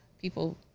people